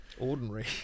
ordinary